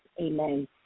Amen